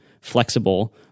flexible